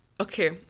Okay